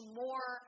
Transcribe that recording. more